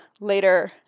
later